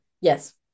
Yes